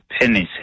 penis